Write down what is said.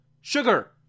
sugar